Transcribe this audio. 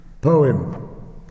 poem